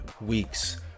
weeks